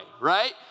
right